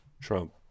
Trump